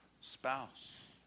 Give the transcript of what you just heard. spouse